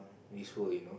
this world you know